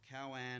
Cowan